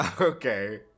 Okay